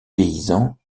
paysans